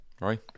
right